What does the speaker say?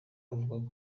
avuga